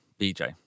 BJ